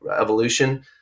evolution